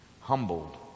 humbled